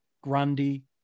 Grundy